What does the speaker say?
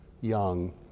young